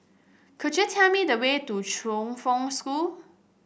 could you tell me the way to Chongfen School